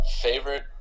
Favorite